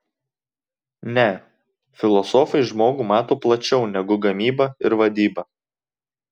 ne filosofai žmogų mato plačiau negu gamyba ir vadyba